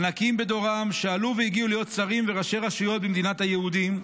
ענקים בדורם שעלו והגיעו להיות שרים וראשי רשויות במדינת היהודים.